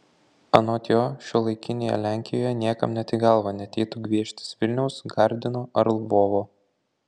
anot jo šiuolaikinėje lenkijoje niekam net į galvą neateitų gvieštis vilniaus gardino ar lvovo